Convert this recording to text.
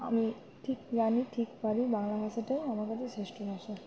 আমি ঠিক জানি ঠিক পারি বাংলা ভাষাটাই আমার কাছে শ্রেষ্ঠ ভাষা